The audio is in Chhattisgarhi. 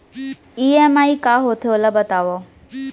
ई.एम.आई का होथे, ओला बतावव